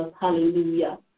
hallelujah